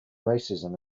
racism